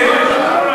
מליאה.